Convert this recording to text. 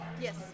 Yes